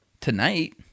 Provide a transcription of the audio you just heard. tonight